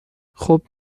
خوب